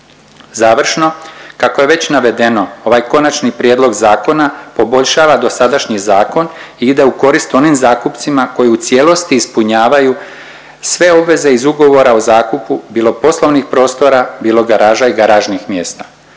Završno, kako je već navedeno ovaj konačni prijedlog zakona poboljšava dosadašnji zakon i ide u korist onim zakupcima koji u cijelosti ispunjavaju sve obveze iz ugovora o zakupu, bilo poslovnih prostora, bilo garaža i garažnih mjesta.